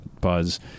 Buzz